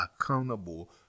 accountable